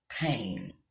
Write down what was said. Pain